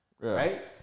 right